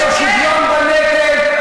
שבשוויון בנטל,